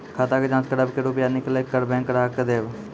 खाता के जाँच करेब के रुपिया निकैलक करऽ बैंक ग्राहक के देब?